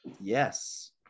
Yes